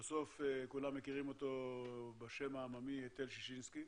בסוף כולם מכירים אותו בשם העממי היטל ששינסקי.